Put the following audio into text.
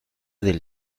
del